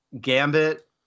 Gambit